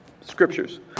scriptures